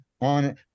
on